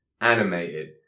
animated